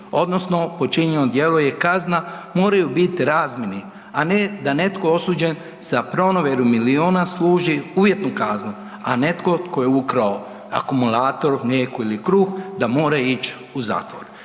odnosno počinjeno djelo i kazna moraju biti razmjerni, a ne da netko osuđen sa pronevjerom miliona služi uvjetnu kaznu, a netko tko je ukrao akumulator, mlijeko ili kruh da mora ići u zatvor.